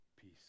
peace